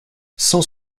cent